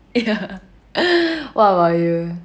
ya what about you